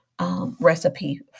recipe